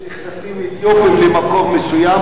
כשנכנסים אתיופים למקום מסוים,